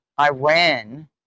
Iran